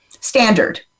standard